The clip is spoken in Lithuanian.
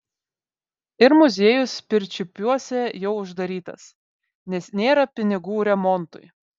ir muziejus pirčiupiuose jau uždarytas nes nėra pinigų remontui